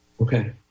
Okay